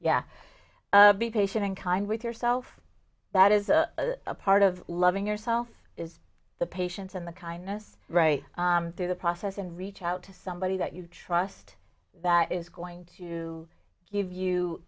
yeah be patient and kind with yourself that is a part of loving yourself is the patients and the kindness right through the process and reach out to somebody that you trust that is going to give you